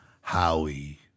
Howie